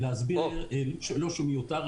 לא שהוא מיותר,